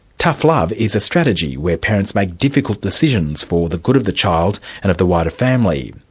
tough love is a strategy where parents make difficult decisions for the good of the child and of the wider family.